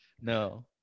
No